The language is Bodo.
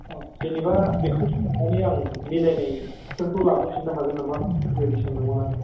जेन'बा बेखौ सोलायनानै आं मिलायनाय फोरखौ लाबोफिननो हागोन नामा बेफोर बायदि सानदों मोन आरो